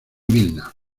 vilna